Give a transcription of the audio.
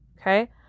Okay